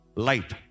Light